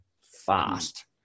fast